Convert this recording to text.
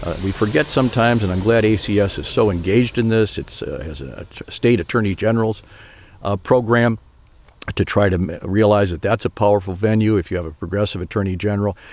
ah we forget sometimes and i'm glad a c us is so engaged in this. it's his state attorney general's ah program to try to realize that that's a powerful venue if you have a progressive attorney general.